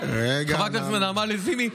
חברת הכנסת נעמה לזימי,